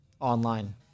online